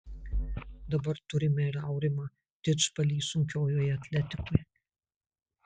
dabar turime ir aurimą didžbalį sunkiojoje atletikoje